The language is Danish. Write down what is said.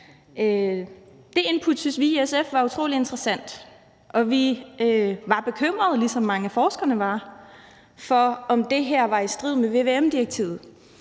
Det input syntes vi i SF var utrolig interessant, og vi var, ligesom mange af forskerne var, bekymrede for, om det her var i strid med vvm-direktivet,